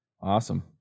Awesome